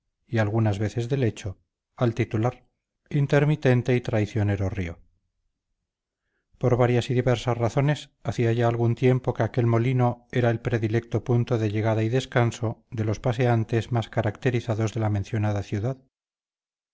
huerta que servía de margen y algunas veces de lecho al titular intermitente y traicionero río por varias y diversas razones hacía ya algún tiempo que aquel molino era el predilecto punto de llegada y descanso de los paseantes más caracterizados de la mencionada ciudad